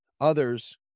others